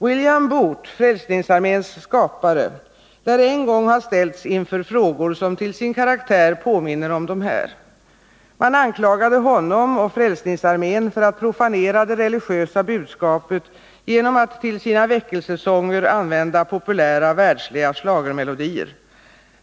William Booth, Frälsningsarméns skapare, lär en gång ha ställts inför frågor, som till sin karaktär påminner om de här. Man anklagade honom och Frälsningsarmén för att profanera det religiösa budskapet genom att till sina väckelsesånger använda populära världsliga schlagermelodier.